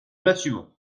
l’assumons